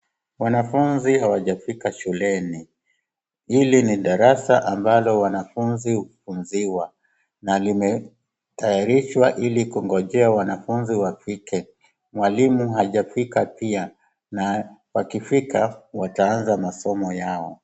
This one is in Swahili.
Wanafunzi hawajafika shuleni. Hili ni darasa ambalo wanafunzi hufunziwa na limetayarishwa ili kungonjea wanafunzi wafike, mwalimu hajafika pia na wakifika wataanza masomo yao.